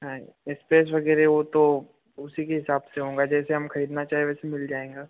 हाँ इस्पेस वगैरह वह तो उसी के हिसाब से होगा जैसे हम खरीदना चाहे वैसे मिल जाएगा